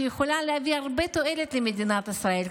שיכולה להביא הרבה תועלת למדינת ישראל,